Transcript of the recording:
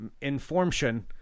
information